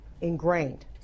ingrained